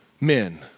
men